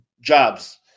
jobs